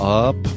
up